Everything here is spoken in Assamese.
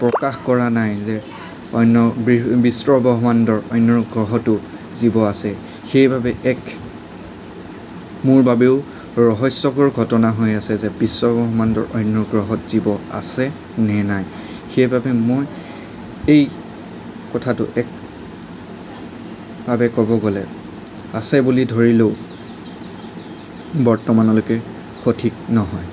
প্ৰকাশ কৰা নাই যে অন্য বিশ্বব্ৰহ্মাণ্ডৰ অন্য গ্ৰহতো জীৱ আছে সেইবাবে এক মোৰ বাবেও ৰহস্যকৰ ঘটনা হৈ আছে যে বিশ্বব্ৰহ্মাণ্ডৰ অন্য গ্ৰহত জীৱ আছে নে নাই সেইবাবে মই এই কথাটো একভাৱে ক'ব গ'লে আছে বুলি ধৰিলেও বৰ্তমানলৈকে সঠিক নহয়